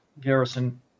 Garrison